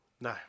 No